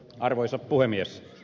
arvoisa puhemies